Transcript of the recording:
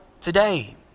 today